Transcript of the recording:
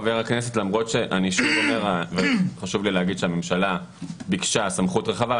חשוב לי להגיד שהממשלה ביקשה סמכות רחבה,